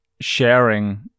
sharing